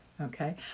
okay